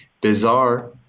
Bizarre